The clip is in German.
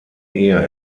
ehe